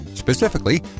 specifically